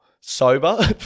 sober